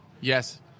yes